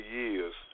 years